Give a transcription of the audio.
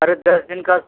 अरे दस दिन का